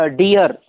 dear